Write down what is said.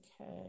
okay